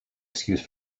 excuse